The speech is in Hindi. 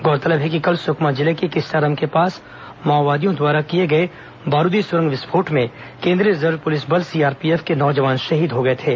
गौरतलब है कि कल सुकमा जिले के किस्टारम के पास माओवादियों द्वारा किए गए बारूदी सुरंग विस्फोट में केंद्रीय रिजर्व पुलिस बल सीआरपीएफ के नो जवान शहीद हो गए थे